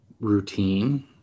routine